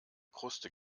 kruste